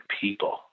people